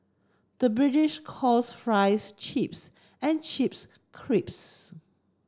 the British calls fries chips and chips